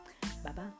Bye-bye